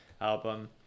album